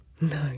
No